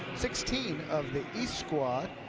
sixteen of the east squad,